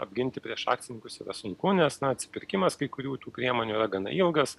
apginti prieš akcininkus yra sunku nes na atsipirkimas kai kurių tų priemonių yra gana ilgas